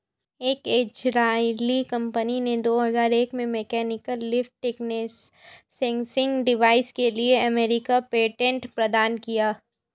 एक Israeli company ने दो हजार एक में mechanical leaf thickness sensing device के लिए अमेरिकी पेटेंट प्रदान किया